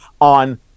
on